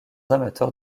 amateurs